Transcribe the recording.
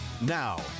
Now